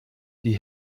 die